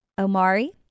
Omari